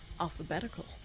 Alphabetical